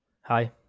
Hi